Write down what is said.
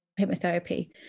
hypnotherapy